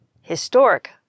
historic